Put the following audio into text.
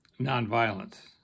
nonviolence